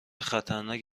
خطرناک